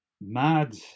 Mad